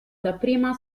dapprima